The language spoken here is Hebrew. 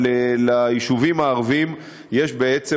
ליישובים הערביים יש בעצם,